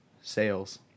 sales